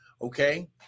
okay